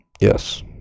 yes